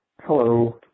Hello